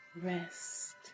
rest